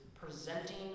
presenting